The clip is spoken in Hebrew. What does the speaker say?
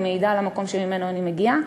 אני מעידה על המקום שממנו אני מגיעה.